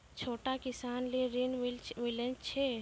छोटा किसान लेल ॠन मिलय छै?